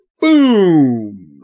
boom